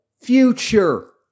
future